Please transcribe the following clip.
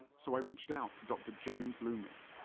so i reached out to dr. james loomis,